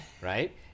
right